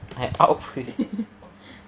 I out first